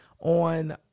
on